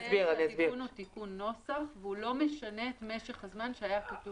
הבאנו תיקון נוסח והוא לא משנה את משך הזמן שהיה כתוב.